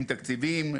עם תקציבים,